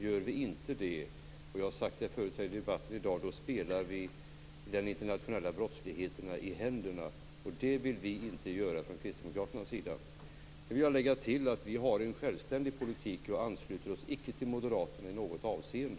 Gör vi inte det spelar vi den internationella brottsligheten i händerna. Det har jag sagt tidigare här i debatten. Det vill vi kristdemokrater inte göra. Sedan vill jag lägga till att vi har en självständig politik. Vi ansluter oss inte till Moderaterna i något avseende.